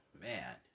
Man